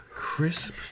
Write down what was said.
crisp